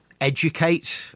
educate